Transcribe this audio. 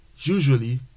usually